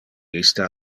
iste